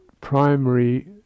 primary